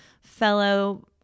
fellow